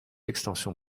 extension